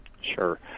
Sure